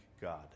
God